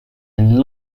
and